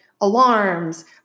alarms